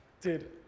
dude